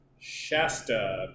Shasta